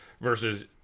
versus